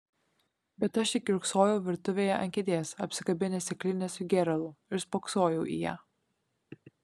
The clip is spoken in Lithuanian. bet aš tik kiurksojau virtuvėje ant kėdės apsikabinęs stiklinę su gėralu ir spoksojau į ją